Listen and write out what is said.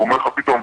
הוא אומר לך פתאום,